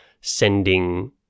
sending